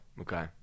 Okay